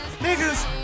niggas